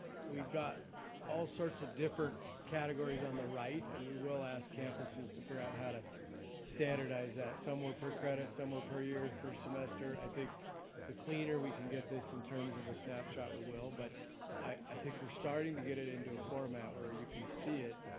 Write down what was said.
we've got all sorts of different categories on the right, and we will ask campuses to figure out how to standardize that. some were per credit, some were per year, per semester, i think the cleaner we can get this in terms of a snapshot, we will, but i think we're starting to get it into a format where you can see it,